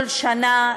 כל שנה,